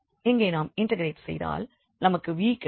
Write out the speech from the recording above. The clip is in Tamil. இங்கே நாம் இண்டெக்ரெட் செய்தால் நமக்கு v கிடைக்கும்